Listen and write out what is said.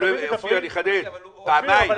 אופיר, אני אחדד, בוטל פעמיים.